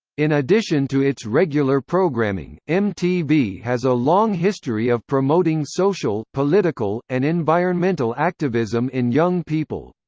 in addition to its regular programming, mtv has a long history of promoting social, political, and environmental activism in young people.